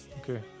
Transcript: okay